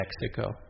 Mexico